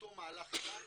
באותו מהלך איתנו.